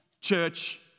church